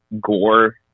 gore